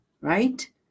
Right